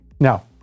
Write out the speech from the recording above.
Now